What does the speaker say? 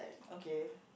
okay